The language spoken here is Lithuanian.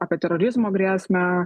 apie terorizmo grėsmę